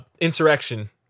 Insurrection